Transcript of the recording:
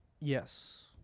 Yes